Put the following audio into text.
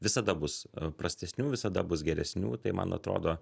visada bus prastesnių visada bus geresnių tai man atrodo